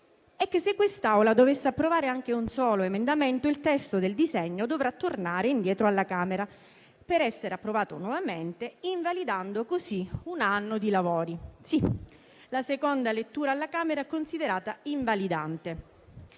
è che, se questa Aula dovesse approvare anche un solo emendamento, il testo del disegno di legge dovrà tornare indietro alla Camera per essere approvato nuovamente, invalidando così un anno di lavori. Sì, la seconda lettura alla Camera è considerata invalidante.